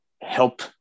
help